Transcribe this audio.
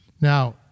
Now